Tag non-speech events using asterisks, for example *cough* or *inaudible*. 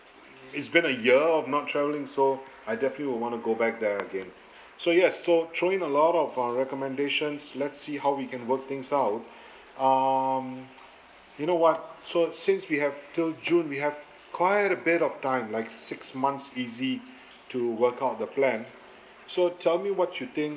it's been a year of not travelling so I definitely would want to go back there again so yes so throw in a lot of uh recommendations let's see how we can work things out um *noise* you know what so since we have till june we have quite a bit of time like six months easy to work out the plan so tell me what you think